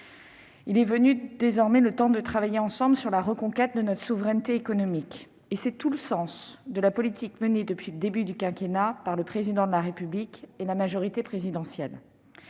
est venu, désormais, de travailler ensemble à la reconquête de notre souveraineté économique, et c'est tout le sens de la politique menée depuis le début du quinquennat par le Président de la République et la majorité présidentielle.